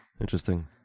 Interesting